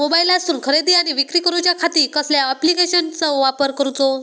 मोबाईलातसून खरेदी आणि विक्री करूच्या खाती कसल्या ॲप्लिकेशनाचो वापर करूचो?